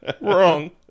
Wrong